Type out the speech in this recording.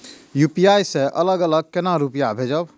UPI से अलग अलग केना रुपया भेजब